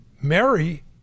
Mary